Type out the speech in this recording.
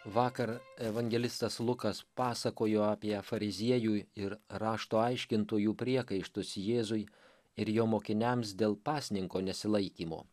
vakar evangelistas lukas pasakojo apie fariziejų ir rašto aiškintojų priekaištus jėzui ir jo mokiniams dėl pasninko nesilaikymo